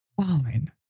Fine